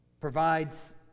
provides